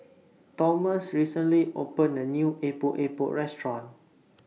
Tomas recently opened A New Epok Epok Restaurant